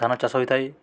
ଧାନ ଚାଷ ହୋଇଥାଏ